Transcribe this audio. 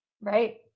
right